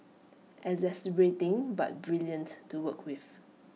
exasperating but brilliant to work with